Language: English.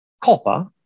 copper